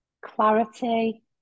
clarity